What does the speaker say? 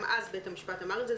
גם אז בית המשפט אמר את זה.